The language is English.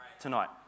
tonight